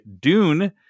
Dune